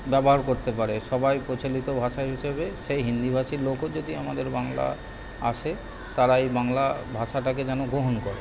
ব্যবহার করতে পারে সবাই প্রচলিত ভাষা হিসেবে সে হিন্দিভাষী লোকও যদি আমাদের বাংলায় আসে তারা এই বাংলা ভাষাটাকে যেন গ্রহণ করে